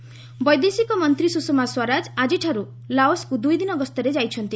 Swaraj Laos ବୈଦେଶିକ ମନ୍ତ୍ରୀ ସୁଷମା ସ୍ୱରାଜ ଆଜିଠାରୁ ଲାଓସ୍'କୁ ଦୁଇ ଦିନ ଗସ୍ତରେ ଯାଇଛନ୍ତି